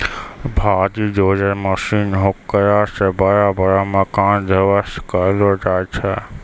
भारी dozer machine हेकरा से बड़ा बड़ा मकान ध्वस्त करलो जाय छै